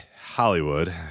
Hollywood